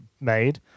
made